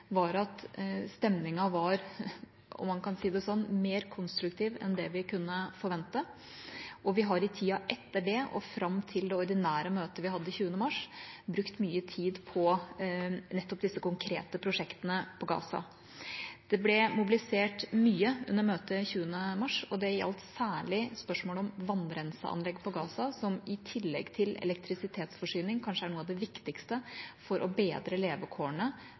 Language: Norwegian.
var at stemningen var – om man kan si det sånn – mer konstruktiv enn det vi kunne forvente. Vi har i tida etter det og fram til det ordinære møtet vi hadde 20. mars, brukt mye tid på nettopp de konkrete prosjektene på Gaza. Det ble mobilisert mye under møtet 20. mars. Det gjaldt særlig spørsmålet om vannrenseanlegg på Gaza, som i tillegg til elektrisitetsforsyning kanskje er noe av det viktigste for å bedre levekårene